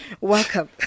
Welcome